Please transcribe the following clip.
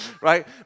right